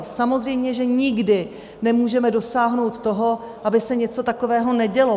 Samozřejmě že nikdy nemůžeme dosáhnout toho, aby se něco takového nedělo.